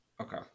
Okay